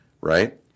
right